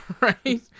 Right